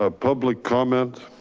ah public comment.